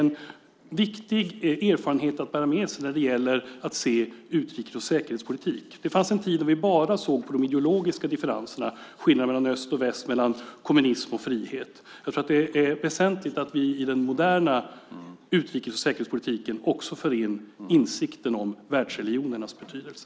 Det är en viktig erfarenhet att bära med sig när det gäller utrikes och säkerhetspolitiken. Det fanns en tid då vi bara såg på de ideologiska differenserna, skillnaderna mellan öst och väst, mellan kommunism och frihet. Det är väsentligt att vi i den moderna utrikes och säkerhetspolitiken också för in insikten om världsreligionernas betydelse.